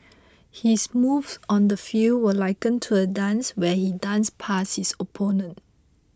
his moves on the field were likened to a dance where he'd dance past his opponents